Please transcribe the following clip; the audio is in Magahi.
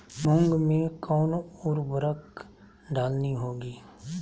मूंग में कौन उर्वरक डालनी होगी?